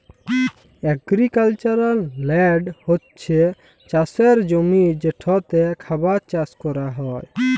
agricultural land হছে চাষের জমি যেটতে খাবার চাষ ক্যরা হ্যয়